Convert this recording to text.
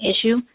issue